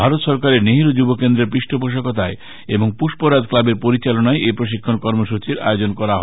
ভারত সরকারের নেহেরু যুব কেন্দ্রের পৃষ্ঠপোষকতায় এবং পুষ্পরাজ ক্লাবের পরিচালনায় এই প্রশিক্ষণ কর্মসূচীর আয়োজন করা হয়